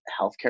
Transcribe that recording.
healthcare